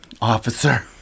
Officer